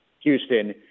Houston